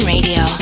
Radio